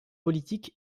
politique